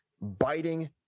biting